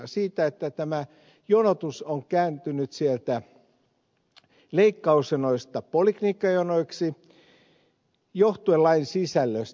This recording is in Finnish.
sen vuoksi että jonotus on kääntynyt leikkausjonoista poliklinikkajonoiksi johtuen lain sisällöstä